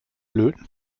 löten